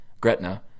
Gretna